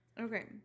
Okay